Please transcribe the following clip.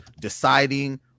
deciding